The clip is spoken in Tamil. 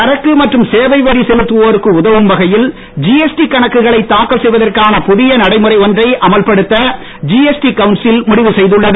சரக்கு மற்றும் சேவை வரி செலுத்துவோருக்கு உதவும் வகையில் ஜிஎஸ்டி கணக்குகளை தாக்கல் செய்வதற்கான புதிய நடைமுறை ஒன்றை அமல்படுத்த ஜிஎஸ்டி கவுன்சில் முடிவு செய்துள்ளது